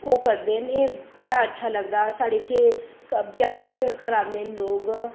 ओह् करदे न एह् बड़ा अच्छा लगदा साढ़े इत्थै ब्याह् च घर आह्ले लोग